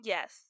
Yes